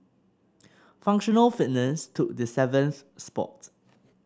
functional fitness took the seventh spot